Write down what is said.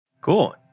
Cool